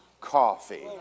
coffee